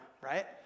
right